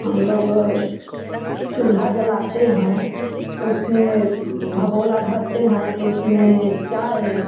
हम लोग चूल्हा जलाते हैं तो उसमें भगोना धरते हैं तो उसमें चाय